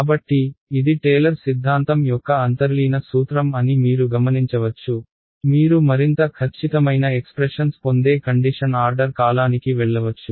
కాబట్టి ఇది టేలర్ సిద్ధాంతం యొక్క అంతర్లీన సూత్రం అని మీరు గమనించవచ్చు మీరు మరింత ఖచ్చితమైన ఎక్స్ప్రెషన్స్ పొందే కండిషన్ ఆర్డర్ కాలానికి వెళ్లవచ్చు